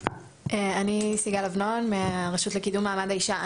אני סיגל אבנון מהרשות לקידום מעמד האישה.